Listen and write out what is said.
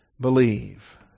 believe